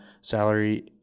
salary